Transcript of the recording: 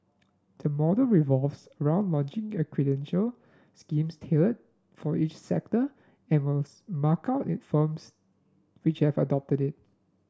the model revolves around accreditation schemes tailored for each sector and will mark out it firms which have adopted it